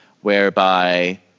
whereby